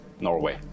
Norway